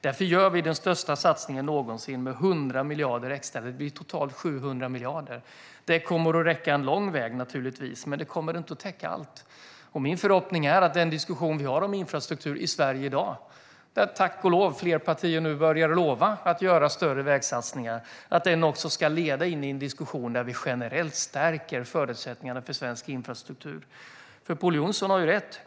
Därför gör vi den största satsningen någonsin med 100 miljarder extra. Det blir totalt 700 miljarder. Det kommer naturligtvis att räcka långt, men det kommer inte att täcka allt. Min förhoppning är att den diskussion som vi har om infrastruktur i Sverige i dag - där tack och lov fler partier lovar att göra större vägsatsningar - ska leda till en diskussion där man generellt stärker förutsättningarna för svensk infrastruktur. Pål Jonson har rätt.